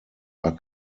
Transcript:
are